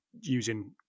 using